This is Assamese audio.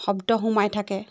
শব্দ সোমাই থাকে